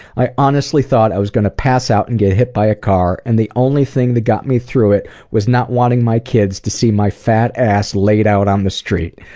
i honestly thought i was going to pass out and get hit by a car and the only thing that got me through it was not wanting my kids to see my fat ass laid out on the street.